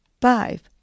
five